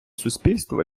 суспільство